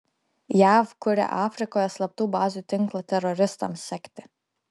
jav kuria afrikoje slaptų bazių tinklą teroristams sekti